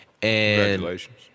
Congratulations